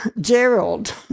Gerald